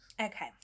Okay